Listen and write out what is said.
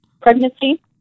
pregnancy